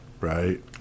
right